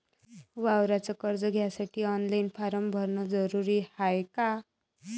वावराच कर्ज घ्यासाठी ऑनलाईन फारम भरन जरुरीच हाय का?